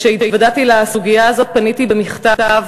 כשהתוודעתי לסוגיה הזאת פניתי במכתב